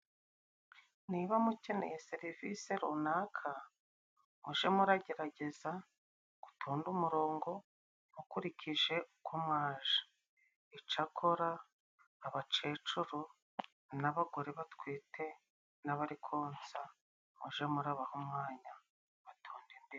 Niba mukeneye serivise runaka, mujye mu gerageza gutonda umurongo mukurikije uko mwaje, icyakora abakecuru n'abagore batwite, n'abari konsa, mujye mubaha umwanya batonde imbere.